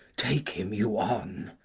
take him you on.